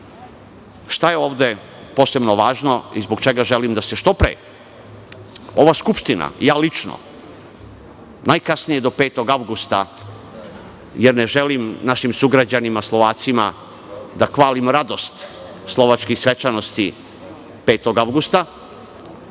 je ovde posebno važno i zbog četa želim da što pre Skupština i ja lično najkasnije do 5. avgusta, jer ne želim našim sugrađanima Slovacima da kvarim radost slovačkih svečanosti 5. avgusta,